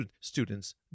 students